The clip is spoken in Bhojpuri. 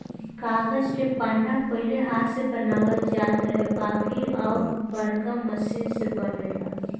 कागज के पन्ना पहिले हाथ से बनावल जात रहे बाकिर अब बाड़का मशीन से बनेला